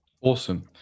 awesome